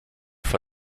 vor